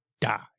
die